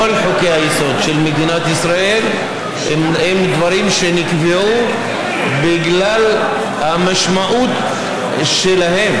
כל חוקי-היסוד של מדינת ישראל הם דברים שנקבעו בגלל המשמעות שלהם.